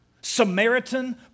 Samaritan